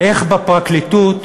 איך בפרקליטות